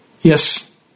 Yes